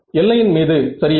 எல்லையின் மீது சரியா